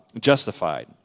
justified